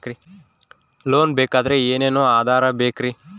Loan ಬೇಕಾದ್ರೆ ಏನೇನು ಆಧಾರ ಬೇಕರಿ?